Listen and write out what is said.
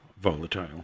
volatile